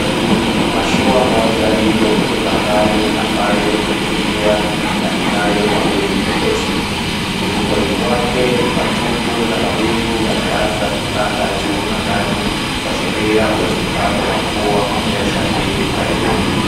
Mashua moja iko kwenye bahari ambayo imetulia na inayo mawimbi mepesi. Ufukoni mwake ni patupu na mawingu yameanza kutanda juu angani kuashiria uwezekano wa mvua kunyesha hivi karibuni.